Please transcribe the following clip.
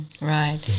Right